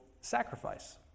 sacrifice